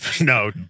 No